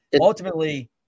ultimately